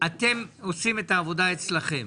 אתם עושים את העבודה אצלכם,